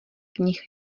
knih